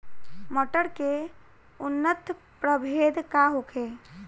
मटर के उन्नत प्रभेद का होखे?